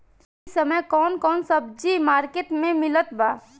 इह समय कउन कउन सब्जी मर्केट में मिलत बा?